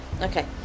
Okay